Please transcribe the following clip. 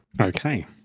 Okay